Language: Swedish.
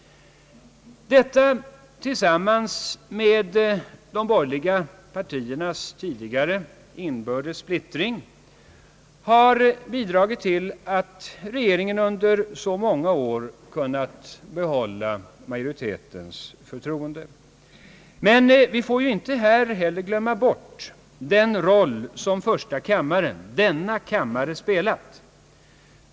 Detta tillsammans med de borgerliga partiernas tidigare inbördes splittring har bidragit till att regeringen under så många år kunnat behålla majoritetens förtroende. Vi får dock här inte helt glömma bort den roll som första kammaren har spelat.